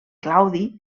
claudi